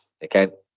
again